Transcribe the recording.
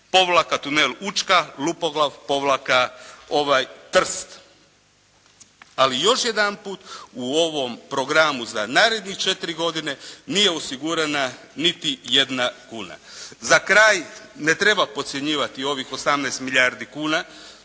tunel Učka-Lupoglav-Trst. Ali još jedanput u ovom programu za narednih četiri godine nije osigurana niti jedna kuna. Za kraj ne treba podcjenjivati ovih 18 milijardi kuna,